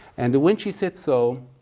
and when she said so